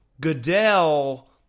Goodell